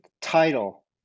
title